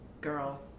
girl